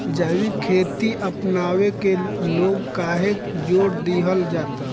जैविक खेती अपनावे के लोग काहे जोड़ दिहल जाता?